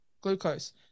glucose